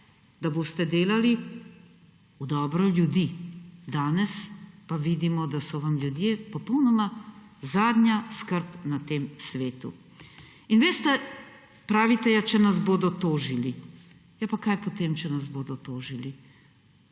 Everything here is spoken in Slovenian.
da boste delali v dobro ljudi. Danes pa vidimo, da so vam ljudje popolnoma zadnja skrb na tem svetu. In veste, pravite, če nas bodo tožili. Ja pa kaj potem, če nas bodo tožili?